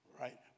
right